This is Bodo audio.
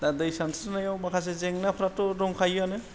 दा दै सानस्रिनायाव माखासे जेंनाफ्राथ' दंखायोआनो